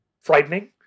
frightening